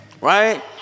Right